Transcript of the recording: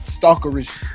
stalkerish